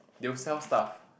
they will sell stuff